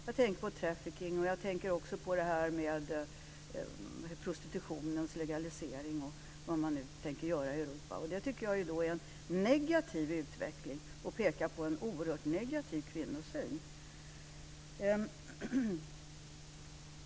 Jag tänker då på trafficking och på prostitutionens legalisering. Det är en negativ utveckling som pekar på en oerhört negativ kvinnosyn.